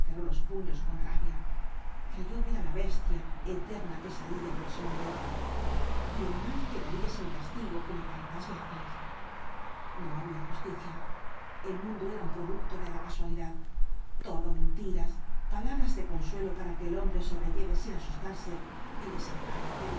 los puños con rabia creyó ver á la bestia eterna pesadilla de los hombres y el mal quedaría sin castigo como tantas veces no había justicia el mundo era un producto de la casualidad todo mentiras palabras de consuelo para que el hombre sobrelleve sin asustarse el desamparo en